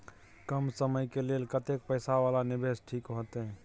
कम समय के लेल कतेक पैसा वाला निवेश ठीक होते?